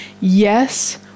Yes